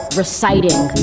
reciting